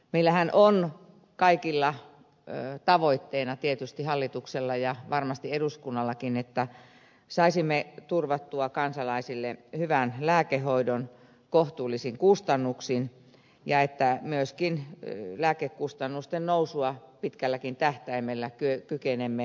meillähän on kaikilla tavoitteena tietysti hallituksella ja varmasti eduskunnallakin että saisimme turvatuksi kansalaisille hyvän lääkehoidon kohtuullisin kustannuksin ja että myöskin lääkekustannusten nousua pitkälläkin tähtäimellä kykenemme hillitsemään